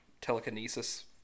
telekinesis